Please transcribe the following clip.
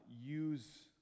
use